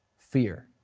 fear,